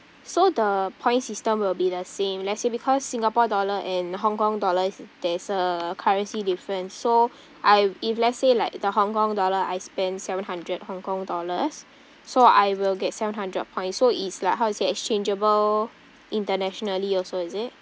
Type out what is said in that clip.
so the points system will be the same let's say because singapore dollar and hong kong dollar is there's a currency difference so I if let's say like the hong kong dollar I spent seven hundred hong kong dollars so I will get seven hundred point so it's like how to say exchangeable internationally also is it